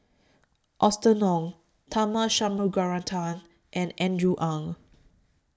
Austen Ong Tharman Shanmugaratnam and Andrew Ang